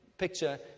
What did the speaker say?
picture